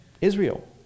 Israel